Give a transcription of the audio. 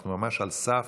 אנחנו ממש על סף,